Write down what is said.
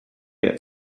your